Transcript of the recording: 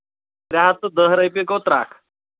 ترٛےٚ ہَتھ تہٕ دَہ رۄپیہِ گوٚو ترٛٹھ